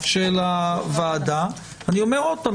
או שאתם רוצים שקודם אני